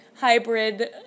hybrid